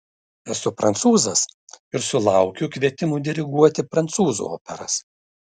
esu prancūzas ir sulaukiu kvietimų diriguoti prancūzų operas